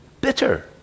bitter—